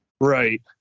right